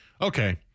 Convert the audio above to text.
Okay